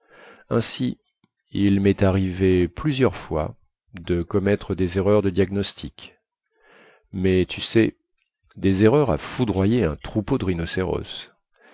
ainsi il mest arrivé plusieurs fois de commettre des erreurs de diagnostic mais tu sais des erreurs à foudroyer un troupeau de rhinocéros